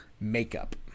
makeup